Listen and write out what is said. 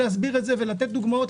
להסביר את זה ולתת דוגמאות,